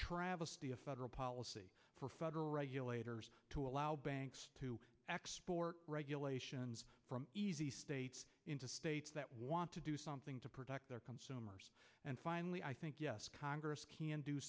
travesty of federal policy for federal regulators to allow banks to export regulations from easy states into states that want to do something to protect their consumers and finally i think yes congress can do